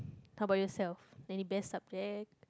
how about yourself any best subject